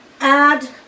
Add